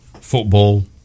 football